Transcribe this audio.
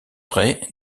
vrai